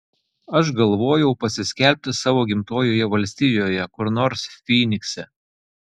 aš galvojau pasiskelbti savo gimtojoje valstijoje kur nors fynikse